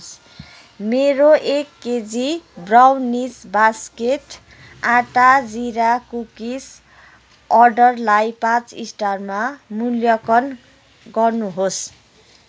मेरो एक KG brownies basket आँटा जिरा कुकिज अर्डरलाई पाँच स्टारमा मूल्यङ्कन गर्नुहोस्